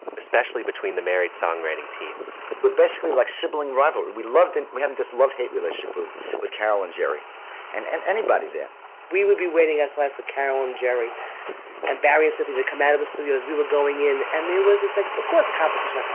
especially between the married. songwriting teams were basically like sibling rivalry we loved it we hadn't this love-hate relationship with with carolyn, jerry and and anybody that we would be waiting eslam for carolyn jery embarrassedly to come out of the studio as we were going in. and there was this a of course competition